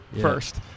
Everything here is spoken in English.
first